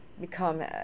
become